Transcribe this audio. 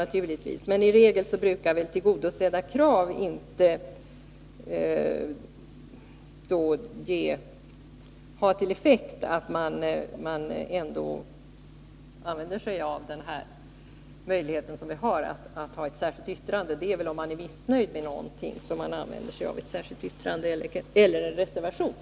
Naturligtvis, men i regel brukar väl tillgodosedda krav inte medföra att man använder sig av möjligheten att avge ett särskilt yttrande. Ett särskilt yttrande eller en reservation tillgriper man väl när man är missnöjd med någonting.